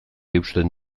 eusten